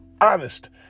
honest